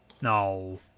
No